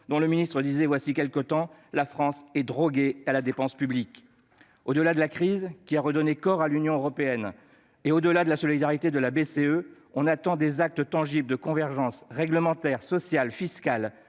le ministre déclarait :« La France est droguée à la dépense publique. » Au-delà de la crise, qui a redonné corps à l'Union européenne, et au-delà de la solidarité de la BCE, on attend des actes tangibles de convergence réglementaire, sociale, fiscale,